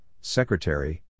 Secretary